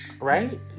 right